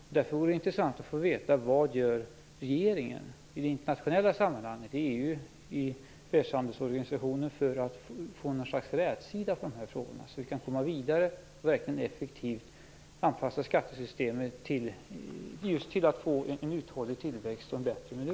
Det vore därför intressant att få veta vad regeringen gör i det internationella sammanhanget. Vad gör man i EU och i världshandelsorganisationerna för att få något slags rätsida på de här frågorna så att man kan komma vidare och mer effektivt anpassa skattesystemet till att få en uthållig tillväxt och en bättre miljö?